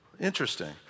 Interesting